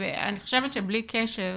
ואני חושבת שבלי קשר,